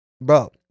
Bro